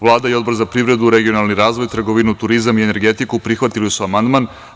Vlada i Odbor za privredu, regionalni razvoj, trgovinu turizam i energetiku prihvatili su amandman.